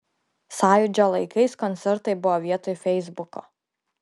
sąjūdžio laikais koncertai buvo vietoj feisbuko